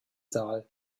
saal